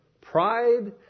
pride